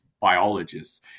biologists